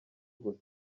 gusa